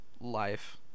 life